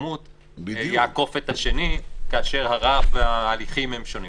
בהתחכמות יעקוף את השני כאשר הרף וההליכים הם שונים.